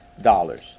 dollars